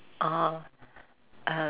orh err